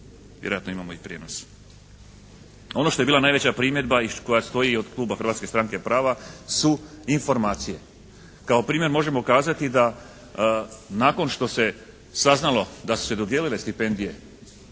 vjerojatno imamo i prijenos. Ono što je bila najveća primjedba i koja stoji od kluba Hrvatske stranke prava su informacije. Kao primjer možemo kazati da nakon što se saznalo da su se dodijelile stipendije